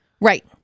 Right